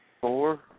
Four